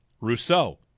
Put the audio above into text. Rousseau